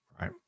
right